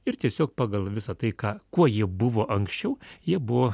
ir tiesiog pagal visą tai ką kuo jie buvo anksčiau jie buvo